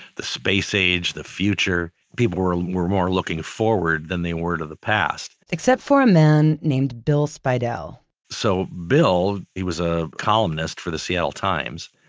the space age, the future. people were were more looking forward than they were to the past. except for a man named bill spiedel so bill, he was a columnist for the seattle times,